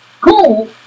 cool